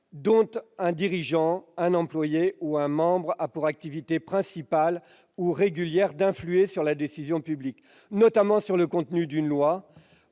dont un dirigeant, un employé ou un membre a pour activité principale ou régulière d'influer sur la décision publique, notamment sur le contenu d'une loi